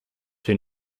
been